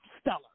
stellar